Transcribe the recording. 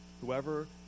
whoever